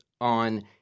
on